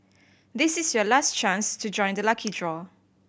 this is your last chance to join the lucky draw